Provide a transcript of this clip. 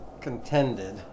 contended